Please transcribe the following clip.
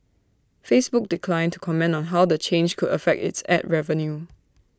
Facebook declined to comment on how the change could affect its Ad revenue